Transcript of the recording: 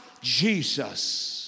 Jesus